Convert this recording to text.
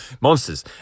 monsters